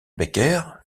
becker